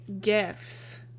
gifts